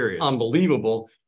unbelievable